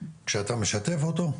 כאשר אתה משתף אותו,